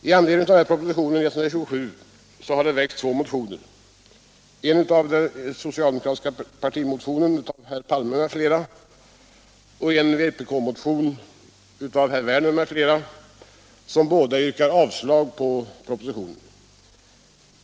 I anledning av propositionen 127 har det väckts två motioner, en so — Upphävande av cialdemokratisk partimotion av herr Palme m.fl. och en vpk-motion = statlig myndighets av herr Werner m.fl., som båda yrkar avslag på propositionen.